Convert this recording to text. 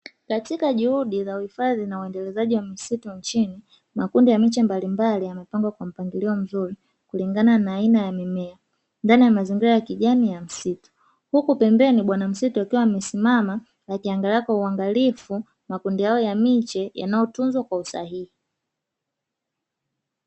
Katika juhudi za uhifadhi na uendelezaji wa misitu nchini makundi ya miche mbalimbali yamepangwa kwa mpangilio mzuri, kulingana na aina ya mimea ndani ya mazingira ya kijani ya msitu huku pembeni, bwana msitu akiwa amesimama akiangalia kwa uangalifu makundi hayo ya miche yanayotunzwa kwa usahihi.